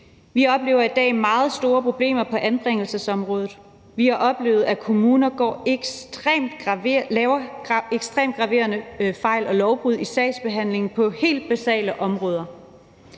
Vi oplever i dag meget store problemer på anbringelsesområdet. Vi har oplevet, at kommuner laver ekstremt graverende fejl og lovbrud i sagsbehandlingen på helt basale områder.